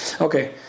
Okay